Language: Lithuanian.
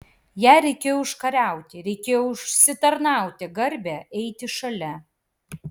ją reikėjo užkariauti reikėjo užsitarnauti garbę eiti šalia